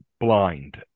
blind